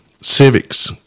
civics